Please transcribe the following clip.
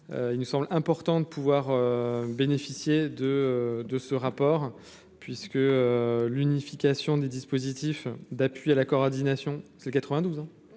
il me semble important de pouvoir bénéficier de de ce rapport, puisque l'unification des dispositifs d'appui à la coordination, ses 92